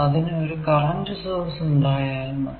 അതിനു ഒരു current source ഉണ്ടായാൽ മതി